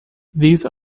these